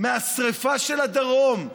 מהשרפה של הדרום,